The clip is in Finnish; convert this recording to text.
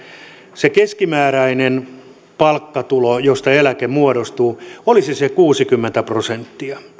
se keskimääräinen palkkatulo josta eläke muodostuu olisi se kuusikymmentä prosenttia